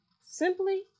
simply